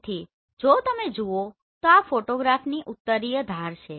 તેથી જો તમે જુઓ તો આ ફોટોગ્રાફની ઉત્તરીય ધાર છે